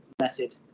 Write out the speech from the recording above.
method